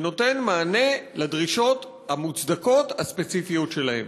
ונותן מענה לדרישות המוצדקות הספציפיות שלהם.